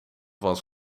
was